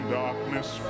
darkness